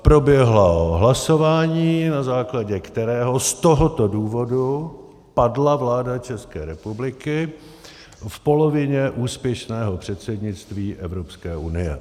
Proběhlo hlasování, na základě kterého z tohoto důvodu padla vláda České republiky v polovině úspěšného předsednictví Evropské unie.